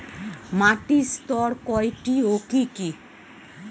মাটির স্তর কয়টি ও কি কি?